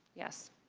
yes.